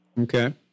Okay